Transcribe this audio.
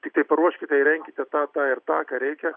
tiktai paruoškite įrenkite tą tą ir tą ką reikia